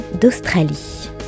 d'Australie